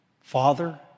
Father